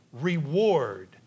reward